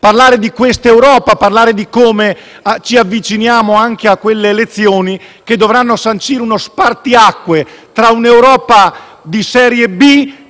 parlare di questa Europa e di come ci avviciniamo a quelle elezioni che dovranno sancire uno spartiacque tra un'Europa di serie B,